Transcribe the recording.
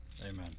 Amen